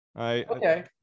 Okay